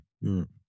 Europe